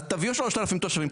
אז תביאו 3,000 תושבים,